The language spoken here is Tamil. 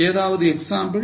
ஏதாவது எக்ஸாம்பிள்